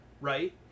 Right